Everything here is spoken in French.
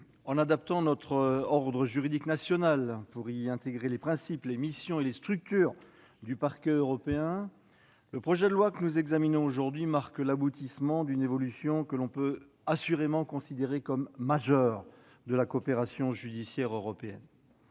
en adaptant notre ordre juridique national pour y intégrer les principes, les missions et les structures du Parquet européen, le projet de loi que nous examinons aujourd'hui marque l'aboutissement d'une évolution, que l'on peut assurément considérer comme majeure, de la coopération judiciaire européenne.